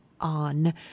on